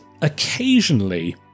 occasionally